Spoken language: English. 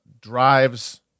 drives